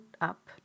up